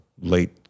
late